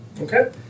Okay